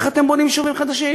איך אתם בונים יישובים חדשים?